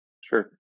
Sure